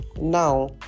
now